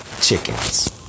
chickens